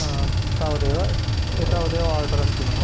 तावदेव एतावदेव आर्डरस्ति मम